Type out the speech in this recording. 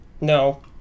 No